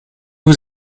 was